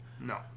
no